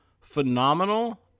phenomenal